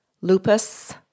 lupus